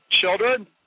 children